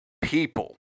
people